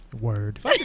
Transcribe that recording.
Word